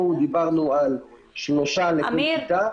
אנחנו דיברנו על 3 לכל כיתה.